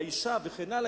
"לאשה" וכן הלאה,